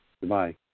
Goodbye